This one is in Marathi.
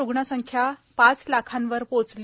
रुग्णसंख्या पाच लाखांवर पोचली